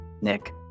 Nick